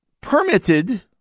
permitted